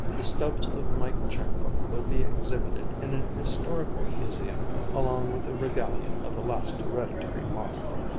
the stubs of my checkbook will be exhibited in an historical museum along with the regalia of the last hereditary monarch.